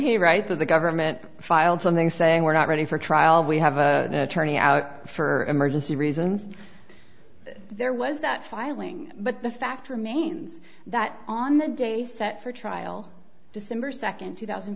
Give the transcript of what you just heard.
that the government filed something saying we're not ready for trial we have a attorney out for emergency reasons there was that filing but the fact remains that on the day set for trial december second two thousand